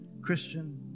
Christian